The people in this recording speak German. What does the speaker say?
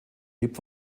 lebt